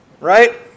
right